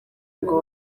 ngo